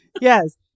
Yes